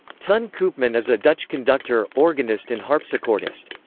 ton koopman is a dutch conductor, organist and harpsichordist.